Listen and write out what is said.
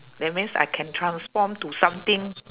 that means I can transform to something